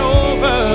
over